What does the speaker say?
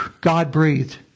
God-breathed